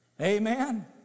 Amen